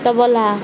তবলা